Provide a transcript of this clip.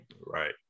Right